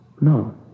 No